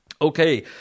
Okay